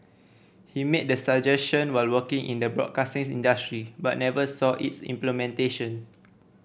he made the suggestion while working in the broadcasting industry but never saw its implementation